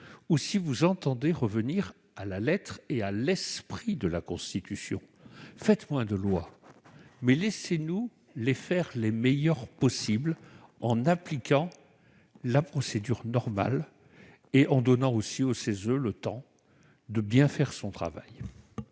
ou entendez-vous revenir à la lettre et à l'esprit de la Constitution ? Faites moins de lois, mais laissez-nous les faire les meilleures possible en appliquant la procédure normale et en donnant aussi au CESE le temps de bien faire son travail.